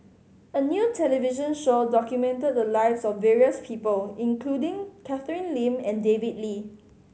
a new television show documented the lives of various people including Catherine Lim and David Lee